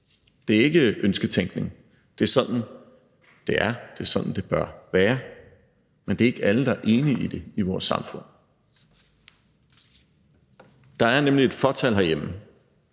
Det er ikke ønsketænkning. Det er sådan, det er. Det er sådan, det bør være, men det er ikke alle, der er enige i det, i vores samfund. Der er nemlig et fåtal herhjemme,